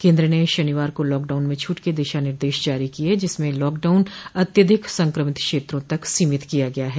केंद्र ने शनिवार को लॉकडाउन में छूट के दिशा निर्देश जारी किए जिसमें लॉकडाउन अत्यधिक संक्रमित क्षेत्रों तक सीमित किया गया है